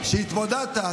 כשהתמודדת,